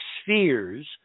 spheres